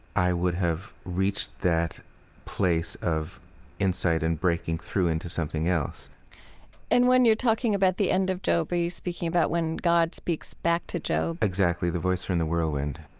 i would have reached that place of insight and breaking through into something else and when you're talking about the end of job, are you speaking about when god speaks back to job? exactly. the voice from the whirlwind,